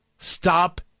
Stop